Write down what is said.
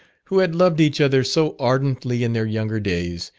who had loved each other so ardently in their younger days,